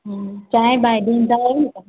हूं चांहि बांहि ॾींदा आहियो न तव्हां